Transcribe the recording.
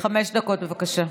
חמש דקות, בבקשה.